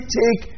take